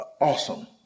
awesome